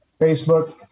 Facebook